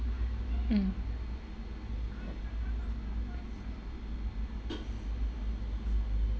mm